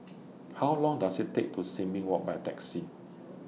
How Long Does IT Take to Sin Ming Walk By Taxi